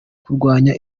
kurwanya